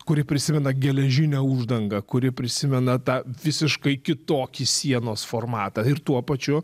kuri prisimena geležinę uždangą kuri prisimena tą visiškai kitokį sienos formatą ir tuo pačiu